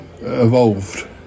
evolved